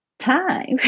time